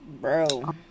bro